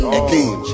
again